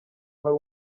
hari